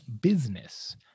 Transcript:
business